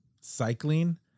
cycling